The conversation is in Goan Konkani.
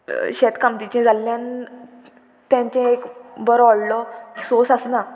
शेतकामतीचे जाल्ल्यान तेंचे एक बरो व्हडलो सोर्स आसना